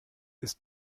ist